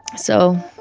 so.